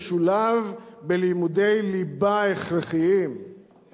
משולב בלימודי ליבה הכרחיים,